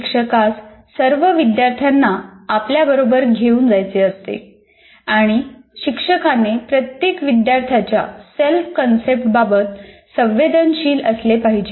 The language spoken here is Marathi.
शिक्षकास सर्व विद्यार्थ्यांना आपल्याबरोबर घेऊन जायचे असते आणि शिक्षकाने प्रत्येक विद्यार्थ्यांच्या सेल्फ कन्सेप्ट बाबत संवेदनशील असले पाहिजे